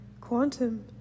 quantum